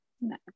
no